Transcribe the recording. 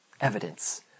evidence